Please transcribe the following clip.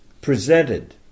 presented